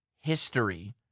history